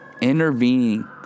intervening